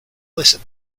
this